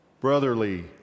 Brotherly